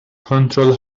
کنترل